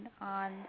on